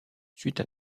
suite